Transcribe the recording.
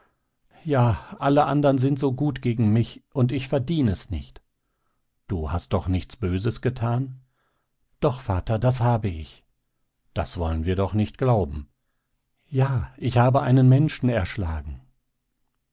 ja alle sind so gut gegen mich und ich verdien es nicht du hast doch nichts böses getan doch vater das habe ich das wollen wir doch nicht glauben ja ich hab einen menschen erschlagen